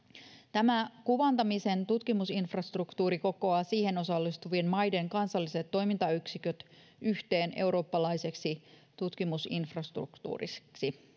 tämä kuvantamisen tutkimusinfrastruktuuri kokoaa siihen osallistuvien maiden kansalliset toimintayksiköt yhteen eurooppalaiseksi tutkimusinfrastruktuuriksi